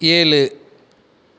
ஏழு